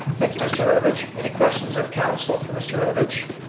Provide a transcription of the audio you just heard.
thank you mr. herlovich. any questions of council for mr. herlovich?